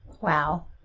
Wow